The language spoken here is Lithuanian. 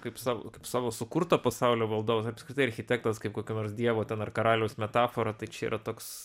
kaip savo kaip savo sukurto pasaulio valdovas apskritai architektas kaip kokio nors dievo ten ar karaliaus metafora tai čia yra toks